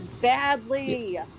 badly